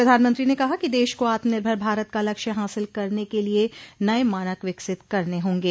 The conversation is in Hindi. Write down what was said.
प्रधानमंत्री ने कहा कि देश को आत्मनिर्भर भारत का लक्ष्य हासिल करने के लिए नए मानक विकसित करने होंगे